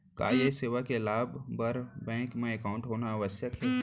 का ये सेवा के लाभ बर बैंक मा एकाउंट होना आवश्यक हे